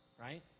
right